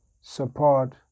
support